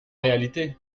réalité